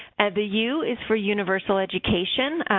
the u is for universal education,